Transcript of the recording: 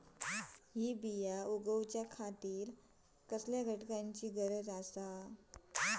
हया बियांक उगौच्या खातिर कसल्या घटकांची गरज आसता?